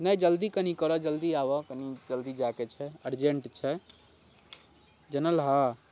नहि जल्दी कनि करऽ जल्दी आबऽ कनि जल्दी जायके छै अर्जेंट छै जानलहऽ